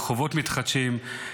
רחובות מתחדשים,